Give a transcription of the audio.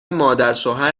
مادرشوهر